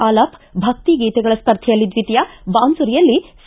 ಆಲಾಪ ಭಕ್ತಿ ಗೀತೆಗಳ ಸ್ಪರ್ಧೆಯಲ್ಲಿ ದ್ವಿತೀಯ ಬಾನ್ದರಿಯಲ್ಲಿ ಸಿ